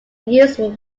useful